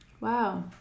Wow